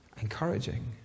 encouraging